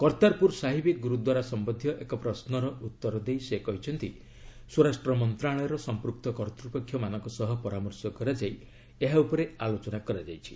କର୍ତ୍ତାରପୁର ସାହିବ୍ ଗୁରୁଦ୍ୱାରା ସମ୍ବନ୍ଧୀୟ ଏକ ପ୍ରଶ୍ୱର ଉତ୍ତର ଦେଇ ସେ କହିଛନ୍ତି ସ୍ୱରାଷ୍ଟ୍ର ମନ୍ତ୍ରଣାଳୟର ସମ୍ପୃକ୍ତ କର୍ତ୍ତପକ୍ଷମାନଙ୍କ ସହ ପରାମର୍ଶ କରାଯାଇ ଏହା ଉପରେ ଆଲୋଚନା କରାଯାଇଛି